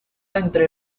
entre